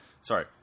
Sorry